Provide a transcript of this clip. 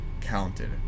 counted